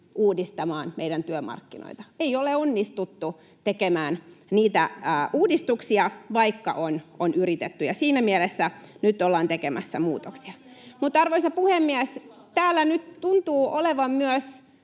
uudistamaan meidän työmarkkinoita. Ei olla onnistuttu tekemään niitä uudistuksia, vaikka on yritetty, ja siinä mielessä nyt ollaan tekemässä muutoksia. Arvoisa puhemies! Täällä nyt tuntuu olevan myös